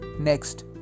Next